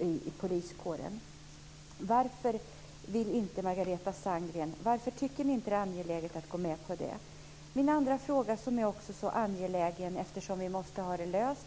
i poliskåren. Varför, Margareta Sandgren, tycker ni inte att det är angeläget att gå med på det? Min andra fråga är också angelägen eftersom den snart måste vara löst.